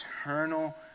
eternal